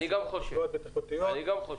גם אני חושב.